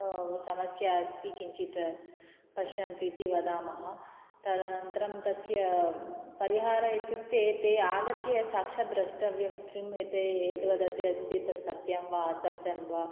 समस्या अस्ति किञ्चित् पश्यन्तु इति वदामः तदनन्तरं तस्य परिहार इत्युक्ते ते आगत्य साक्षात् द्रष्टव्यं किम् एते एतद् वदति अस्ति तत् सत्यं वा असत्यं वा